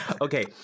Okay